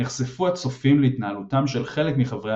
נחשפו הצופים להתנהלותם של חלק מחברי